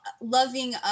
loving